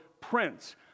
prince